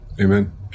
Amen